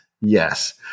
yes